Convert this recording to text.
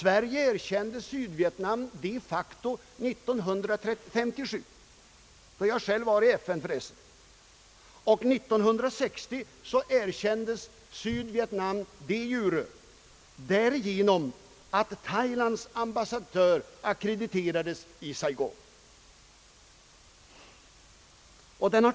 Vårt land erkände Sydvietnam de facto 1957 — då jag för övrigt själv var med i FN — och 1960 de jure, därigenom att vår ambassadör i Bangkok ackrediterades i Saigon.